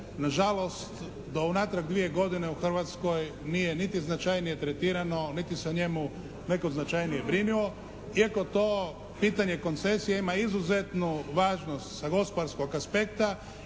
nažalost do unatrag dvije godine u Hrvatskoj nije niti značajnije tretirano niti se o njemu netko značajnije brinuo iako to pitanje koncesije ima izuzetnu važnost sa gospodarskog aspekta